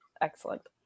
excellent